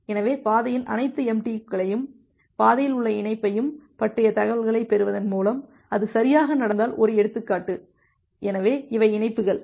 எனவே பாதையின் அனைத்து MTU களையும் பாதையில் உள்ள இணைப்பையும் பற்றிய தகவல்களைப் பெறுவதன் மூலம் அது சரியாக நடந்தால் ஒரு எடுத்துக்காட்டு எனவே இவை இணைப்புகள்